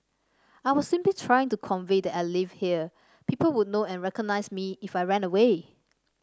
I was simply trying to convey that I lived here people would know and recognise me if I ran away